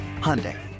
Hyundai